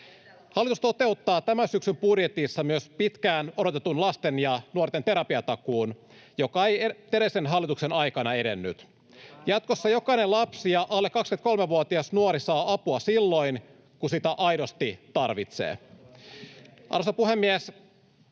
Hallitus toteuttaa tämän syksyn budjetissa myös pitkään odotetun lasten ja nuorten terapiatakuun, joka ei edellisen hallituksen aikana edennyt. Jatkossa jokainen lapsi ja alle 23-vuotias nuori saa apua silloin, kun sitä aidosti tarvitsee. Arvoisa puhemies!